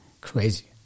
crazy